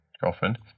girlfriend